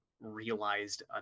realized